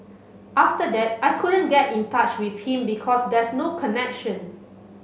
after that I couldn't get in touch with him because there's no connection